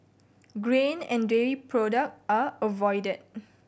grain and dairy product are avoided